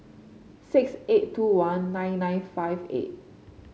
six eight two one nine nine five eight